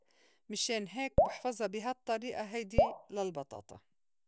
مِشان هيك بحفظا بي هالطّريئة هيدي للبطاطا.